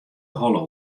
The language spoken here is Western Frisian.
holle